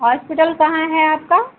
hospital कहाँ है आपका